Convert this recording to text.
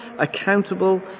accountable